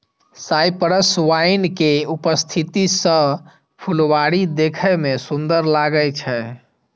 cypress vine के उपस्थिति सं फुलबाड़ी देखै मे सुंदर लागै छै